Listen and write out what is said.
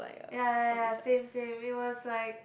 ya ya ya same same it was like